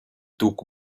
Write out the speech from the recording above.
took